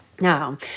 Now